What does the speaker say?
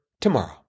tomorrow